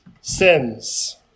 sins